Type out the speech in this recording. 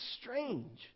strange